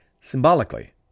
symbolically